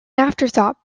afterthought